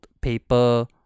paper